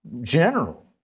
general